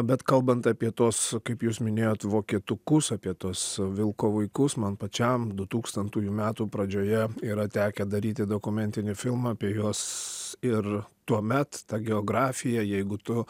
bet kalbant apie tuos kaip jūs minėjot vokietukus apie tuos vilko vaikus man pačiam du tūkstantųjų metų pradžioje yra tekę daryti dokumentinį filmą apie juos ir tuomet tą geografija jeigu tu